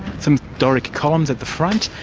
some doric columns at the front,